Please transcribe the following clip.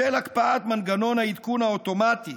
בשל הקפאת מנגנון העדכון האוטומטי